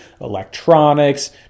electronics